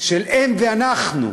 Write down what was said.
של "הם" ו"אנחנו"